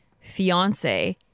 fiance